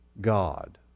God